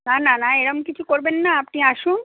না না না এরকম কিছু করবেন না আপনি আসুন